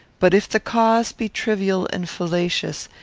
but if the cause be trivial and fallacious,